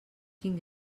quin